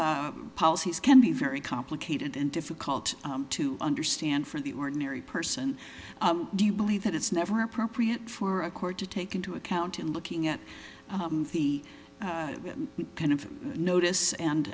come policies can be very complicated and difficult to understand for the ordinary person do you believe that it's never appropriate for a court to take into account in looking at the kind of notice and